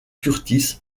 kurtis